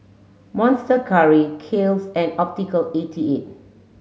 Monster Curry Kiehl's and Optical eighty eight